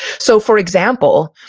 so for example,